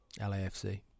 lafc